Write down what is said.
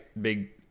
big